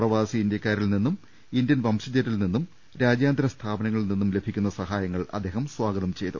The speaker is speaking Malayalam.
പ്രവാസി ഇന്ത്യക്കാരനിൽനിന്നും ഇന്ത്യൻ വംശജരിൽനിന്നും രാജ്യാന്തര സ്ഥാപനങ്ങളിൽനിന്നും ലഭി ക്കുന്ന സഹായങ്ങൾ അദ്ദേഹം സ്വാഗതം ചെയ്തു